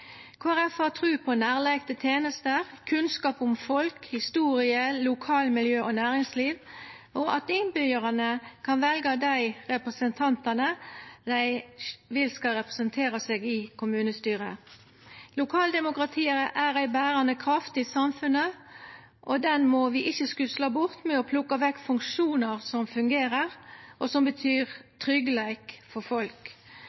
Folkeparti har tru på nærleik til tenester, kunnskap om folk, historie, lokalmiljø og næringsliv, og at innbyggjarane kan velja dei representantane dei vil skal representera seg i kommunestyret. Lokaldemokratiet er ei berande kraft i samfunnet, og den må vi ikkje skusla bort med å plukka vekk funksjonar som fungerer, og som betyr tryggleik for folk.